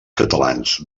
catalans